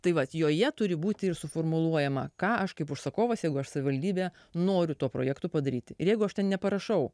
tai vat joje turi būti ir suformuluojama ką aš kaip užsakovas jeigu aš savivaldybę noriu tuo projektu padaryti ir jeigu aš ten neparašau